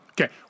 Okay